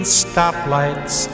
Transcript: stoplights